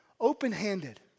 open-handed